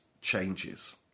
changes